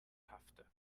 paffte